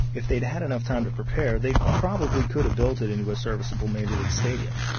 if they'd had enough time to prepare, they probably could've built it into a serviceable major league stadium.